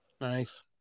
Nice